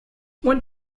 what